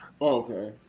Okay